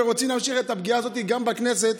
ורוצים להמשיך את הפגיעה הזאת גם בכנסת,